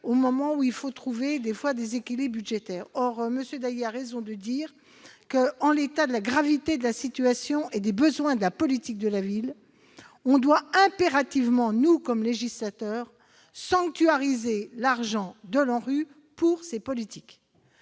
au moment où il faut trouver des équilibres budgétaires ! M. Dallier a raison de dire qu'en l'état de la gravité de la situation et des besoins de la politique de la ville, nous devons impérativement en tant que législateurs sanctuariser l'argent de l'ANRU consacré à ces politiques.